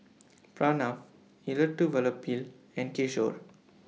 Pranav Elattuvalapil and Kishore